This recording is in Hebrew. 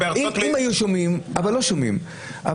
אם היו שומעים, אבל לא שומעים.